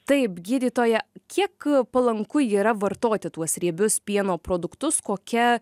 taip gydytoja kiek palanku yra vartoti tuos riebius pieno produktus kokia